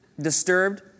disturbed